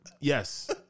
Yes